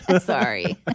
Sorry